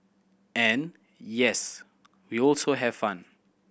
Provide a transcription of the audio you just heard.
and yes we also have fun